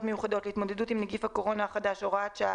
מיוחדות להתמודדות עם נגיף הקורונה החדש (הוראת שעה),